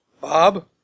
Bob